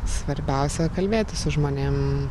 svarbiausia kalbėtis su žmonėm